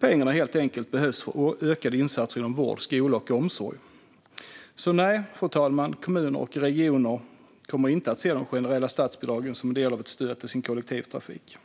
Pengarna behövs helt enkelt för ökade insatser inom vård, skola och omsorg. Nej, fru talman, kommuner och regioner kommer alltså inte att se de generella statsbidragen som en del av ett stöd till sin kollektivtrafik.